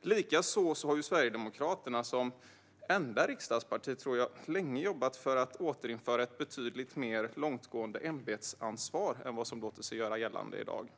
Likaså har Sverigedemokraterna som enda riksdagsparti, tror jag, länge jobbat för att återinföra ett betydligt mer långtgående ämbetsansvar än vad som låter sig göra gällande i dag.